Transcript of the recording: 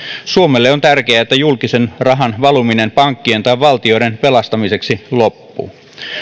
suomelle on tärkeää että julkisen rahan valuminen pankkien tai valtioiden pelastamiseksi loppuu